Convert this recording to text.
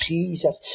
Jesus